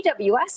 AWS